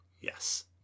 Yes